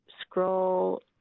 scroll